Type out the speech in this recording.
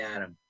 Adam